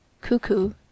cuckoo